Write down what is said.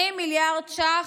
20 מיליארד ש"ח,